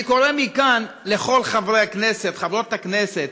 אני קורא מכאן לכל חברי הכנסת וחברות הכנסת: